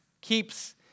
keeps